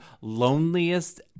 loneliest